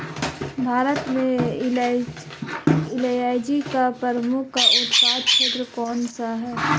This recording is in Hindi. भारत में इलायची के प्रमुख उत्पादक क्षेत्र कौन से हैं?